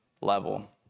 level